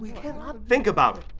and um think about